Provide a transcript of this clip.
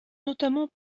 notamment